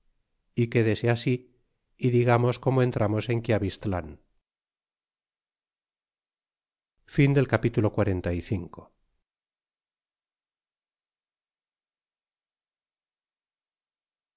e quédese así é digamos como entramos en quiavistlan capitulo